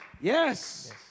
Yes